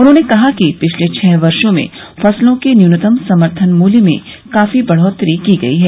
उन्होंने कहा कि पिछले छह वर्षो में फसलों के न्यूनतम समर्थन मूल्य में काफी बढ़ोतरी की गई है